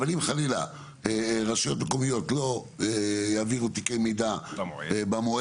אבל אם חלילה רשויות מקומיות לא יעבירו תיקי מידע במועד,